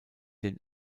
den